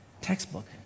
textbook